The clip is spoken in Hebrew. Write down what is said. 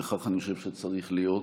וכך אני חושב שצריך להיות,